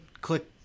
click